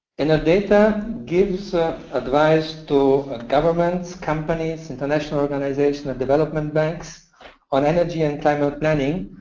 enerdata gives advice to governments, companies, international organizations and development banks on energy and climate planning,